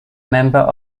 member